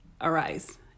arise